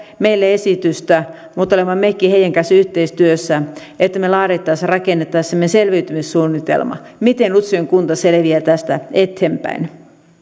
meille esitystä mutta olemme mekin heidän kanssaan yhteistyössä että laadittaisiin ja rakennettaisiin semmoinen selviytymissuunnitelma miten utsjoen kunta selviää tästä eteenpäin